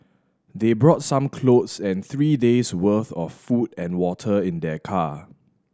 they brought some clothes and three days worth of food and water in their car